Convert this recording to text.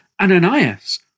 Ananias